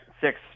six